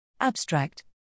Abstract